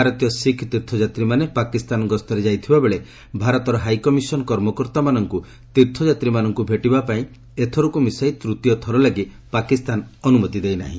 ଭାରତୀୟ ଶିଖ୍ ତୀର୍ଥଯାତ୍ରୀମାନେ ପାକିସ୍ତାନ ଗସ୍ତରେ ଯାଇଥିବାବେଳେ ଭାରତର ହାଇକମିଶନ୍ କର୍ମକର୍ତ୍ତାମାନଙ୍କୁ ତୀର୍ଥଯାତ୍ରୀମାନଙ୍କୁ ଭେଟିବାପାଇଁ ଏଥରକୁ ମିଶାଇ ତୃତୀୟ ଥର ଲାଗି ପାକିସ୍ତାନ ଦେଇ ନାହିଁ